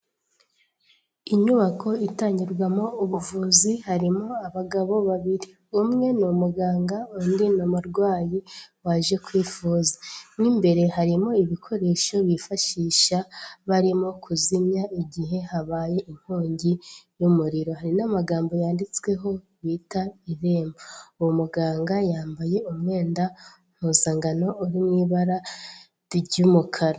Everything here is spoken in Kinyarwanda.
Inyubako itangirwamo ubuvuzi harimo abagabo babiri umwe ni umuganga undi ni umurwayi waje kwivuza mo imbere harimo ibikoresho bifashisha barimo kuzimya igihe habaye inkongi y'umuriro hari n'amagambo yanditsweho bita irembo uwo muganga yambaye umwenda mpuzangano uri mu ibara ry'umukara.